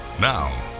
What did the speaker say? Now